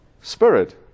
Spirit